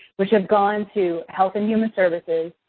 which has gone to health and human services,